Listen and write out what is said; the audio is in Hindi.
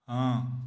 हाँ